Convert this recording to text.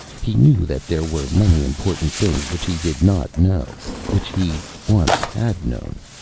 he knew that there were many important things which he did not know, which he once had known.